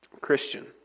Christian